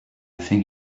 think